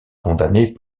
condamnée